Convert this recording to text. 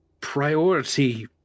priority